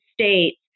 States